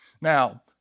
Now